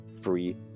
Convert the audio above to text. free